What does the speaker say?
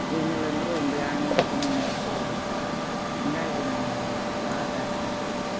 ಏನಿಲ್ಲ ಅಂದರೂ ಒಂದು ಎರಡು ನೂರು ರೂಪಾಯಿ ಮುನ್ನೂರು ರೂಪಾಯಿ ಹೋಗತ್ತ ಹಿಂಗಾಗಿ ನನಗೆ ಭಾಳ ಬೇಸ್ರ ಆಗಕಂತು